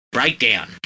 Breakdown